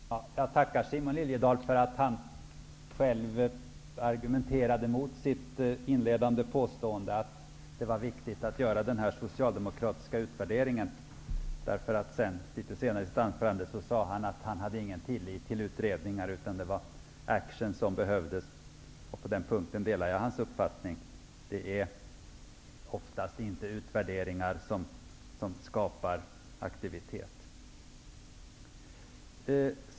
Herr talman! Jag tackar Simon Liliedahl för att han själv argumenterade mot sitt inledande påstående om att det är viktigt att göra den utvärdering som Socialdemokraterna vill ha. Han sade litet senare i sitt anförande att han inte har någon tillit till utredningar, utan att det är action som behövs. På den punkten delar jag hans uppfattning. Det är oftast inte utvärderingar som skapar aktivitet.